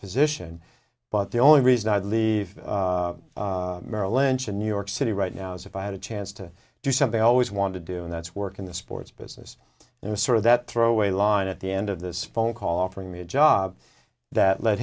position but the only reason i'd leave merrill lynch in new york city right now is if i had a chance to do something i always wanted to do and that's work in the sports business in a sort of that throwaway line at the end of this phone call offering me a job that le